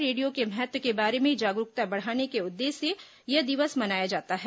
radio के महत्व के बारे में जागरूकता बढ़ाने के उद्देष्य से यह दिवस मनाया जाता है